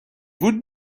would